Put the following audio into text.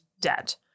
debt